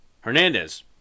Hernandez